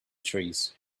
trees